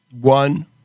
One